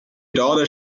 daughter